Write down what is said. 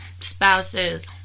spouses